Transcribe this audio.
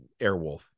Airwolf